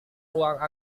ruang